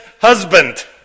husband